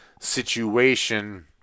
situation